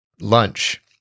lunch